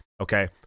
okay